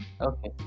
okay